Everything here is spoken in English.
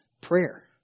prayer